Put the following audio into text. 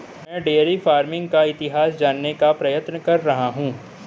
मैं dairy farming का इतिहास जानने का प्रयत्न कर रहा हूं